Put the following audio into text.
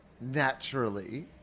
naturally